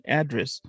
address